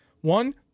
One